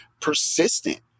persistent